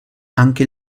anche